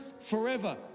forever